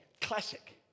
classic